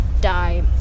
die